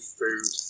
food